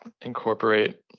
incorporate